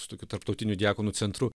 su tokiu tarptautiniu diakonų centru